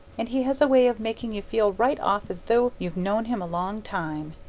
and he has a way of making you feel right off as though you'd known him a long time.